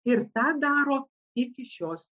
ir tą daro iki šios